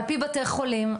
על פי בתי חולים,